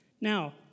Now